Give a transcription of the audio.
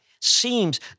seems